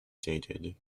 dated